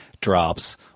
drops